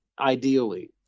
ideally